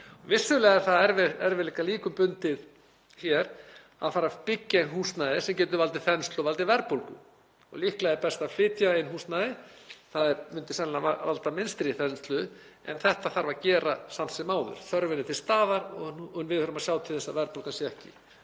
Vissulega er það líka erfiðleikum bundið hér að fara að byggja húsnæði sem getur valdið þenslu og valdið verðbólgu og líklega er best að flytja inn húsnæði. Það myndi sennilega valda minnstri þenslu en þetta þarf að gera samt sem áður. Þörfin er til staðar og við þurfum að sjá til þess að verðbólga sé ekki.